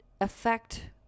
affect